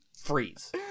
freeze